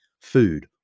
food